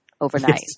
overnight